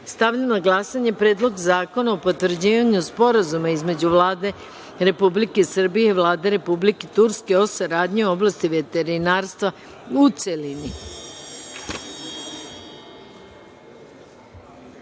na glasanje Predlog Zakona o potvrđivanju Sporazuma između Vlade Republike Srbije i Vlade Republike Turske o saradnji u oblasti veterinarstva, u